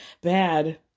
bad